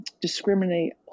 discriminate